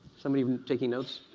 somebody taking notes?